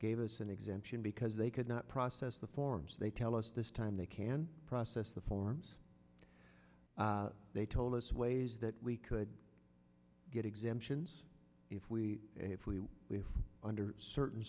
gave us an example because they could not process the forms they tell us this time they can process the forms they told us ways that we could get exemptions if we if we we have under certain